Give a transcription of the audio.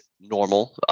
normal